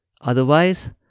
Otherwise